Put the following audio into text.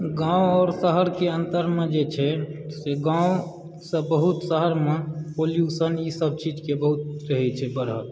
गाँव आओर शहरके अन्तरमे जे छै से गाँवसँ बहुत शहरमऽ पॉल्युशन ईसभ चीजकेँ बहुत रहैत छै बढ़ल